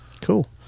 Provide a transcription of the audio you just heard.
Cool